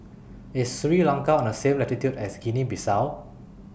IS Sri Lanka on The same latitude as Guinea Bissau